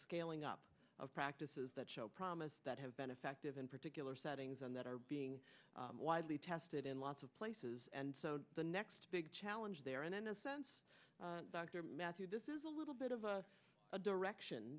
scaling up of practices that show promise that have been effective in particular settings and that are being widely tested in lots of places and so the next big challenge there and in a sense dr matthew this is a little bit of a direction